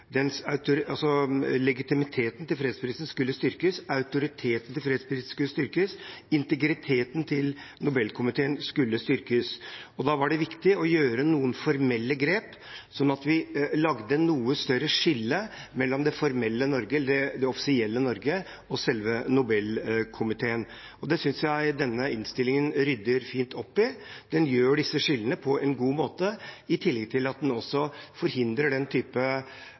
skulle styrkes, at autoriteten til fredsprisen skulle styrkes, at integriteten til Nobelkomiteen skulle styrkes. Da var det viktig å gjøre noen formelle grep, slik at vi laget et noe større skille mellom det offisielle Norge og selve Nobelkomiteen, og det synes jeg denne innstillingen rydder fint opp i. Den gjør disse skillene på en god måte, i tillegg til at den forhindrer